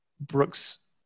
Brooks